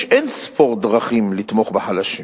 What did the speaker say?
יש אין-ספור דרכים לתמוך בחלשים: